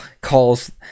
calls